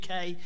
UK